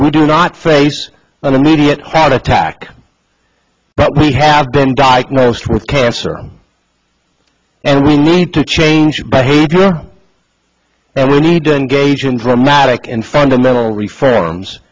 we do not face an immediate heart attack but we have been diagnosed with cancer and we need to change behavior and we need to engage in dramatic and fundamental ref